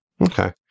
Okay